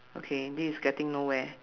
okay this is getting nowhere